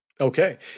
Okay